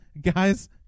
guys